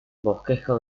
bosquejo